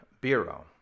Bureau